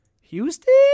Houston